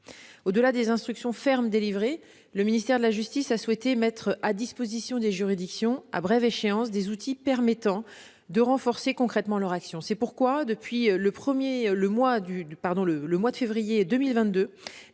Au-delà des instructions fermes délivrées, le ministère de la justice a souhaité mettre à disposition des juridictions, à brève échéance, des outils permettant de renforcer concrètement leur action. C'est pourquoi, depuis le mois de février 2022,